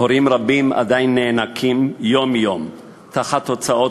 הורים רבים עדיין נאנקים יום-יום תחת ההוצאות